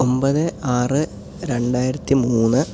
ഒൻപത് ആറ് രണ്ടായിരത്തി മൂന്ന്